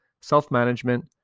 self-management